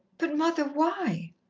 but, mother, why?